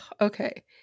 Okay